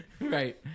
Right